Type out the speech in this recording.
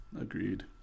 Agreed